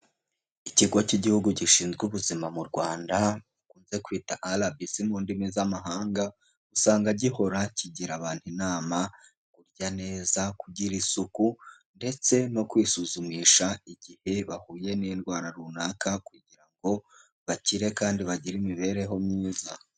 Ikigo cy'igihugu gishinzwe ubuzima mu rwanda bakunze kwita rbc mu ndimi z'amahanga, usanga gihora kigira abantu inama kurya neza kugira isuku ndetse no kwisuzumisha igihe bahuye n'indwara runaka kugira ngo bakire kandi bagire imibereho myiza.